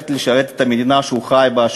ללכת לשרת את המדינה שהוא חי בה,